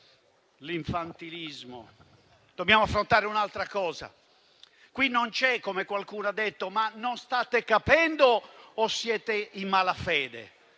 l'infantilismo. Dobbiamo affrontare un'altra cosa: qui la questione non è, come qualcuno ha detto, se non state capendo o siete in malafede,